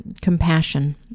compassion